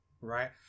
right